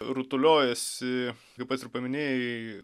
rutuliojasi kaip pats ir paminėjai